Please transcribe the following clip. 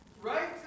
Right